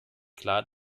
klar